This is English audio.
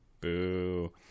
Boo